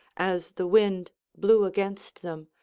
as the wind blew against them,